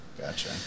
gotcha